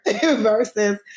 versus